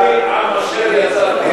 "עם זוּ יצרתי" "עם אשר יצרתי".